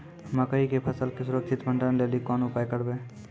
मकई के फसल के सुरक्षित भंडारण लेली कोंन उपाय करबै?